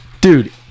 Dude